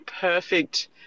perfect